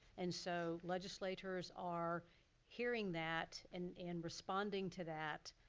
and so, legislators are hearing that and and responding to that.